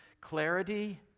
Clarity